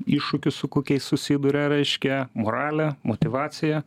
iššūkius su kokiais susiduria reiškia moralę motyvaciją